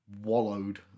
wallowed